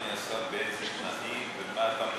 אדוני השר, באיזה תנאים ומה אתה,